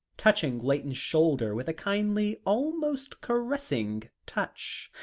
touching layton's shoulder with a kindly, almost caressing touch,